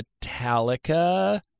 Metallica